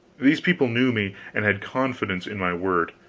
these people knew me, and had confidence in my word.